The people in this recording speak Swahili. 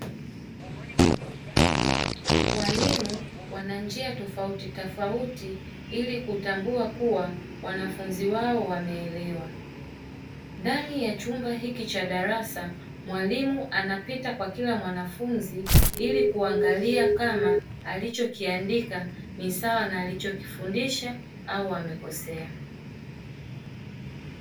Walimu wananjia tofautitofauti ili kutambua kuwa wanafunzi wao wameelewa, ndani ya chumba hiki cha darasa mwalimu anapita kwa kila mwanafunzi ili kuangalia kama alichokiandika ni sawa na alichokifundisha au amekosea.